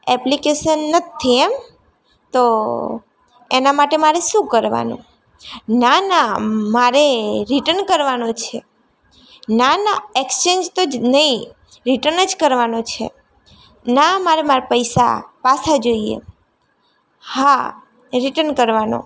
application નથી એમ તો એના માટે મારે શું કરવાનું ના ના મારે રિટર્ન કરવાનું છે ના ના એક્સ્ચેન્જ તો જ નહીં રિટર્ન જ કરવાનું છે ના મારે મારા પૈસા પાછા જોઈએ હા રિટર્ન કરવાનું